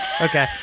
Okay